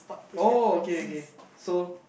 oh okay okay so